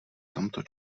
tomto